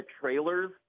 trailers